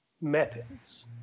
methods